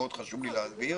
מאוד חשוב לי להבהיר את זה.